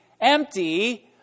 empty